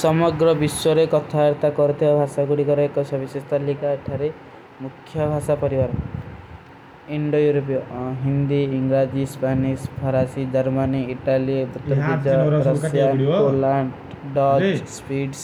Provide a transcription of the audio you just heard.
ସମଗ୍ର ଵିଶ୍ଵରେ କଥାଯର୍ତା କରତେ ହୈଂ, ଭାସା କୁଡୀ କରେଂ କୋ ସଵିଶେସ୍ଥା ଲିକା ଅଥାରେ ମୁଖ୍ଯା ଭାସା ପରିଵାର ହୈଂ। ହିଂଦେ, ଇଂଗ୍ରାଜୀ, ସ୍ପୈନେଶ, ଫରାଶୀ, ଦର୍ମାନେ, ଇଟାଲେ, ବତୁର୍ପିଜା, ପ୍ରସ୍ଯା, କୋଲାଂଟ, ଡୌଜ, ସ୍ପୀଡ୍ସ,